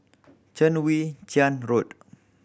Chwee Chian Road